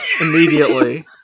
immediately